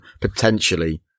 potentially